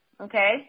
Okay